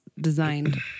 designed